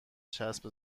چسب